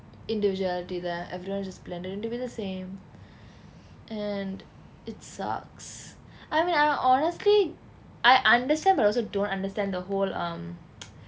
individuality there everyone is just blended in to be the same and it sucks I mean ah honestly I understand but also don't understand the whole um